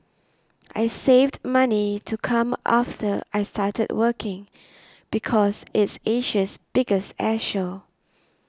I saved money to come after I started working because it's Asia's biggest air show